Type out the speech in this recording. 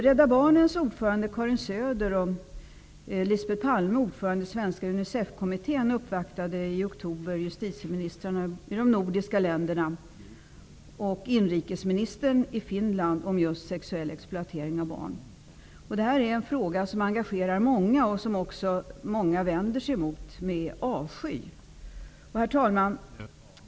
Palme, ordförande i Svenska Unicef-kommittén, uppvaktade i oktober justitieministrarna i de nordiska länderna och inrikesministern i Finland om just sexuell exploatering av barn. Det här är en fråga som engagerar många och som många vänder sig emot med avsky. Herr talman!